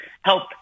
help